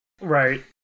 Right